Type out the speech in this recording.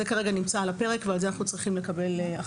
זה כרגע נמצא על הפרק ואנחנו צריכים הכרעה.